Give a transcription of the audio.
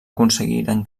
aconseguiren